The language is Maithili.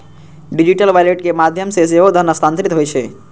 डिजिटल वॉलेट के माध्यम सं सेहो धन हस्तांतरित होइ छै